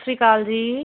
ਸਤਿ ਸ਼੍ਰੀ ਅਕਾਲ ਜੀ